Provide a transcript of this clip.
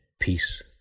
peace